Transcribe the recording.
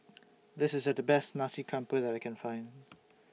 This IS The Best Nasi Campur that I Can Find